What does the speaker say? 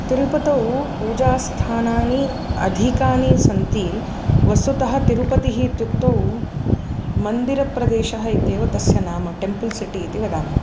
तिरुपतौ पूजास्थानानि अधिकानि सन्ति वस्तुतः तिरुपतिः इत्युक्तौ मन्दिरप्रदेशः इत्येव तस्य नाम टेम्पल् सिटि इति वदामः